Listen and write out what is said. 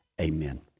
Amen